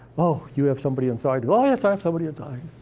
oh, you have somebody inside. oh, yes, i have somebody inside!